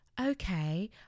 okay